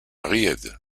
ried